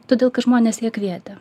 todėl kad žmonės ją kvietė